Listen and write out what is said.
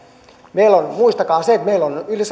muistakaa se että meillä on yli